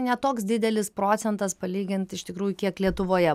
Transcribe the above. ne toks didelis procentas palyginti iš tikrųjų kiek lietuvoje